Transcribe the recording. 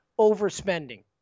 overspending